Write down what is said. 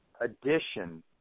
addition